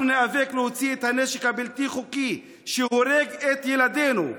אנחנו ניאבק להוציא את הנשק הבלתי-חוקי שהורג את ילדינו.